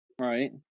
Right